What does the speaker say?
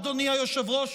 אדוני היושב-ראש,